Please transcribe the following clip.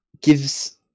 gives